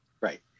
Right